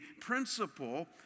principle